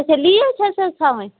اچھا لیٖو چھَس حظ تھاوٕنۍ